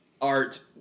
art